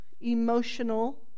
emotional